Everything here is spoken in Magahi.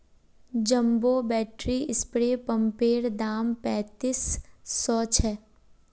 जंबो बैटरी स्प्रे पंपैर दाम पैंतीस सौ छे